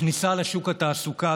הכניסה לשוק התעסוקה,